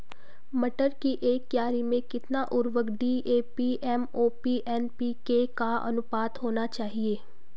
मटर की एक क्यारी में कितना उर्वरक डी.ए.पी एम.ओ.पी एन.पी.के का अनुपात होना चाहिए?